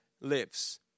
lives